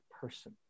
person